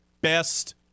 Best